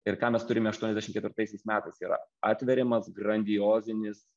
ir ką mes turime aštuoniasdešim ketvirtaisiais metais yra atveriamas grandiozinis